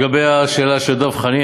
לגבי השאלה של דב חנין,